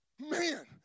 Man